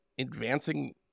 Advancing